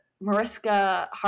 Mariska